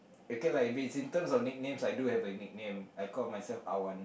okay lah if it's in terms of nicknames I do have a nickname I call myself Awan